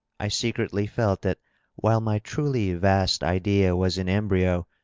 i secretly felt that while my truly vast idea was in embryo,